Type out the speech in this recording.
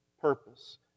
purpose